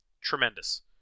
Tremendous